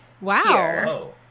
Wow